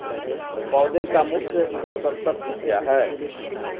पौधे का मुख्य पोषक तत्व क्या हैं?